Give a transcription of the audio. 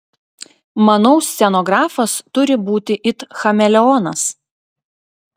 manau scenografas turi būti it chameleonas